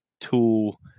tool